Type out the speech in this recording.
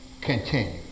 continue